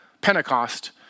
Pentecost